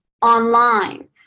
Online